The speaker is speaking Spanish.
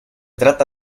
trata